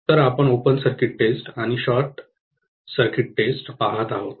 तर आपण open circuit test आणि शॉर्ट सर्किट टेस्ट पहात आहोत